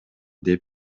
деп